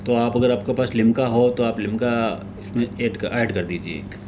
तो आप अगर आपके पास लिम्का हो तो आप लिम्का उसमें एड ऐड कर दीजिए एक